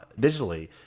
digitally